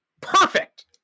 Perfect